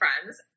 friends